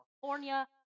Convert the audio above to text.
California